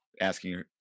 asking